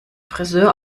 frisör